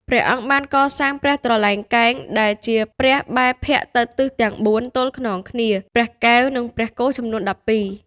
ព្រះអង្គបានកសាង ព្រះត្រឡែងកែង ដែលជាព្រះបែរភក្ត្រទៅទិសទាំងបួនទល់ខ្នងគ្នា ព្រះកែវ និងព្រះគោចំនួន ១២។